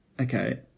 Okay